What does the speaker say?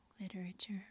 literature